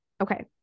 Okay